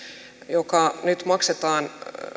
joka nyt maksetaan